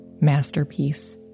masterpiece